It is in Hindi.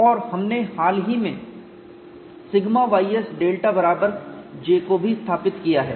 और हमने हाल ही में σ ys डेल्टा बराबर J को भी स्थापित किया है